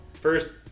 first